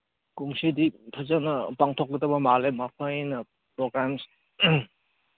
ꯀꯨꯝꯁꯤꯗꯤ ꯐꯖꯅ ꯄꯥꯡꯊꯣꯛꯀꯗꯕ ꯃꯥꯜꯂꯦ ꯃꯈꯣꯏꯅ ꯄ꯭ꯔꯣꯒ꯭ꯔꯥꯝꯁ